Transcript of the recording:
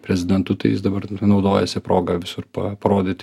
prezidentu tai jis dabar ir naudojasi proga visur pa parodyti